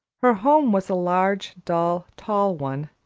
her home was a large, dull, tall one,